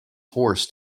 horse